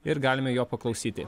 ir galime jo paklausyti